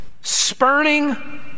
spurning